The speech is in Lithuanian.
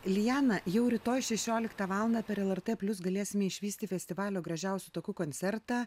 lijana jau rytoj šešioliktą valandą per lrt plius galėsime išvysti festivalio gražiausiu taku koncertą